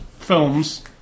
Films